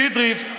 סידריפט,